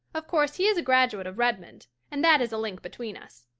of course he is a graduate of redmond, and that is a link between us.